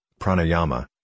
pranayama